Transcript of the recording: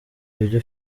ibyo